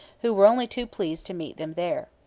who were only too pleased to meet them there.